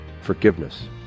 forgiveness